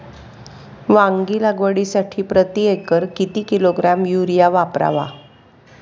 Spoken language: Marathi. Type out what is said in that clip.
वांगी लागवडीसाठी प्रती एकर किती किलोग्रॅम युरिया वापरावा?